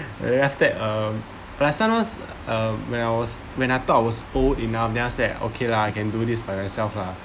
realised that um but somehow uh when I was when I thought I was old enough then I say okay lah I can do this by myself lah